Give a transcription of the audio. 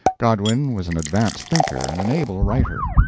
godwin was an advanced thinker and an able writer.